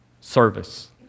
Service